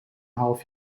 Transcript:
half